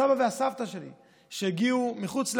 הסבא והסבתא שלי שהגיעו מחוץ לארץ,